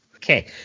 okay